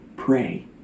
pray